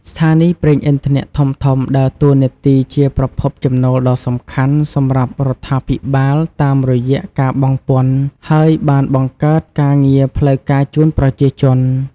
ស្ថានីយ៍ប្រេងឥន្ធនៈធំៗដើរតួនាទីជាប្រភពចំណូលដ៏សំខាន់សម្រាប់រដ្ឋាភិបាលតាមរយៈការបង់ពន្ធ ហើយបានបង្កើតការងារផ្លូវការជូនប្រជាជន។